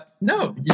no